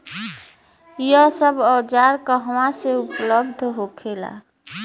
यह सब औजार कहवा से उपलब्ध होखेला?